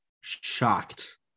shocked